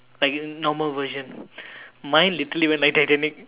like in normal version mine literally went like Titanic